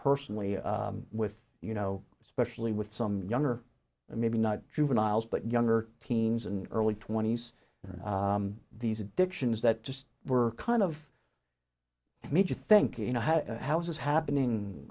personally with you know especially with some younger maybe not juveniles but younger teens and early twenty's and these addictions that just were kind of made you think you know how house is happening